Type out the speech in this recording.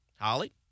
Holly